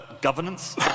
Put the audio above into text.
governance